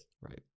right